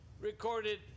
recorded